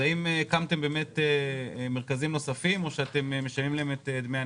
האם הקמתם מרכזים נוספים או אתם משלמים את דמי הנסיעות?